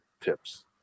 tips